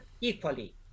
equally